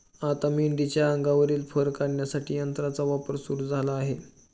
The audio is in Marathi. आता मेंढीच्या अंगावरील फर काढण्यासाठी यंत्राचा वापर सुरू झाला आहे